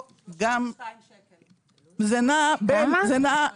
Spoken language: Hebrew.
אני רוצה להודות למציעים על הנושא החשוב.